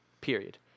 period